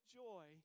joy